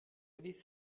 erwies